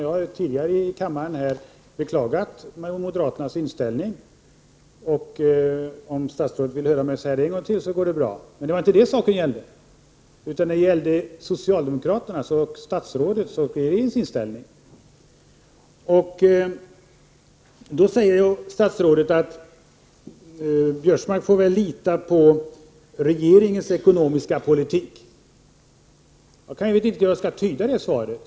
Jag har tidigare här i kammaren beklagat moderaternas 45 inställning. Om statsrådet vill höra mig säga det en gång till går det bra. Men det var inte det saken gällde. Den gällde socialdemokraternas, statsrådets och regeringens inställning. Statsrådet säger att Biörsmark får väl lita på regeringens ekonomiska politik. Jag vet inte hur jag skall tyda det svaret.